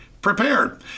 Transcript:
prepared